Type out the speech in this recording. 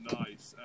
nice